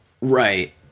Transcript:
Right